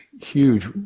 huge